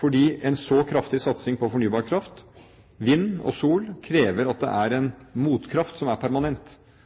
fordi en så kraftig satsing på fornybar kraft – vind og sol – krever at det er en motkraft som er permanent.